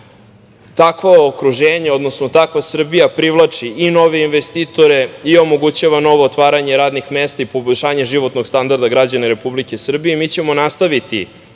okruženje, odnosno takva Srbija privlači i nove investitore i omogućava nova otvaranja radnih mesta i poboljšanje životnog standarda građana Republike Srbije i mi ćemo nastaviti